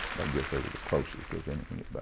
guess they were the closest of and but